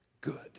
good